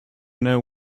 know